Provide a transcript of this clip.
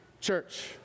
Church